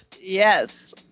Yes